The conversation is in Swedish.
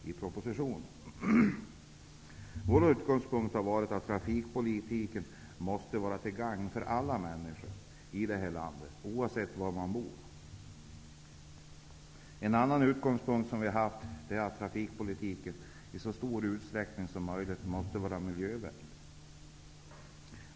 En utgångspunkt för oss har varit att trafikpolitiken måste vara till gagn för alla människor i vårt land, oavsett var de bor. En annan utgångspunkt för oss har varit att trafikpolitiken i så stor utsträckning som möjligt måste vara miljövänlig.